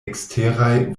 eksteraj